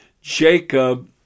Jacob